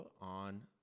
on